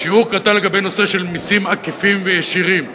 שיעור קטן לגבי נושא של מסים עקיפים וישירים,